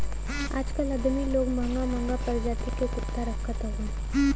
आजकल अदमी लोग महंगा महंगा परजाति क कुत्ता रखत हउवन